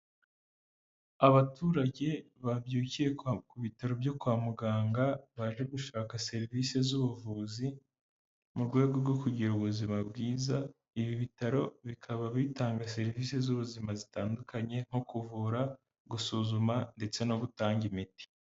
Abaturage babyukiye ku bitaro byo kwa muganga baje gushaka serivisi z'ubuvuzi mu rwego rwo kugira ubuzima bwiza, ibi bitaro bikaba bitanga serivisi z'ubuzima zitandukanye nko kuvura, gusuzuma ndetse no gutanga imiti.